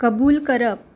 कबूल करप